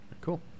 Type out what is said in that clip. cool